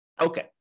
Okay